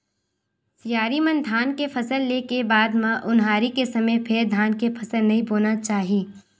सियारी म धान के फसल ले के बाद म ओन्हारी के समे फेर धान के फसल नइ बोना चाही